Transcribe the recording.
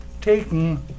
taken